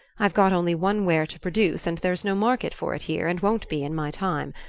i've got only one ware to produce, and there's no market for it here, and won't be in my time.